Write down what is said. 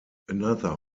another